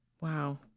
Wow